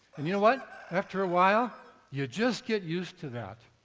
and you know what? after a while, you just get used to that.